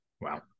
Wow